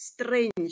strange